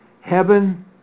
heaven